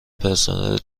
پرسنل